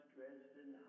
Dresden